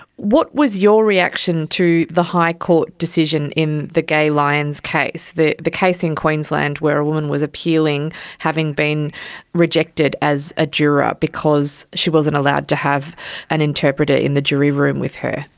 what was your reaction to the high court decision in the gaye lyons case, the the case in queensland where a woman was appealing having been rejected as a juror because she wasn't allowed to have an interpreter in the jury room with her?